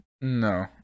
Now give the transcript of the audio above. No